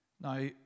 Now